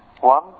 one